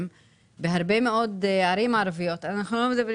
בהרבה מאוד ערים ערביות אנחנו לא מדברים